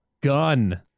gun